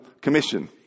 commission